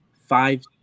five